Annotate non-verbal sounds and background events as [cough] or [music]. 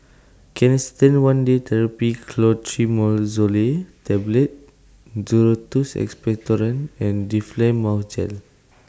Canesten one Day Therapy Clotrimazole Tablet [noise] Duro Tuss Expectorant and Difflam Mouth Gel